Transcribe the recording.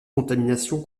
contamination